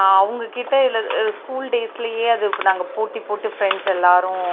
அவங்ககிட்ட இல்லை ஸ்கூல் டேஸ்லேயே அது இப்போ நாங்கள் போட்டி போட்டு ஃபிரண்ட்ஸ் எல்லாரும்